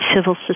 civil